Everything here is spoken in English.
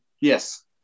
Yes